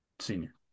Senior